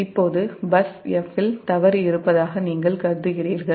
இப்போது bus 'F' இல் தவறு இருப்பதாக நீங்கள் கருதுகிறீர்கள்